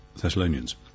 Thessalonians